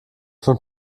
von